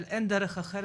אבל אין דרך אחרת.